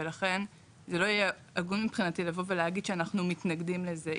ולכן זה לא יהיה הגון מבחינתי להגיד שאנחנו מתנגדים לזה.